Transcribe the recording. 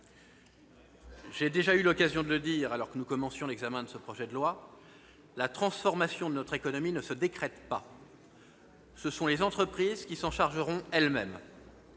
J'ai déjà eu l'occasion de le dire alors que nous commencions l'examen de ce projet de loi : la transformation de notre économie ne se décrète pas ; ce sont les entreprises qui s'en chargeront elles-mêmes.